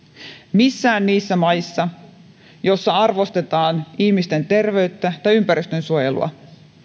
missään niissä maissa joissa arvostetaan ihmisten terveyttä tai ympäristönsuojelua